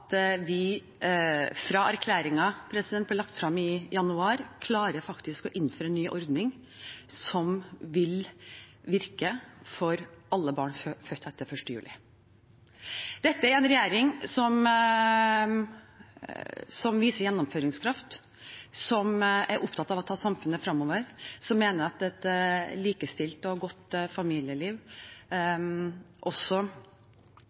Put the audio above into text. fra erklæringen ble lagt frem i januar, klarer vi å innføre en ny ordning som vil virke for alle barn født etter 1. juli. Dette er en regjering som viser gjennomføringskraft, som er opptatt av å ta samfunnet fremover, som mener at et likestilt og godt familieliv også